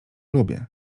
lubię